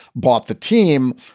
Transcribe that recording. bought the team.